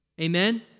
Amen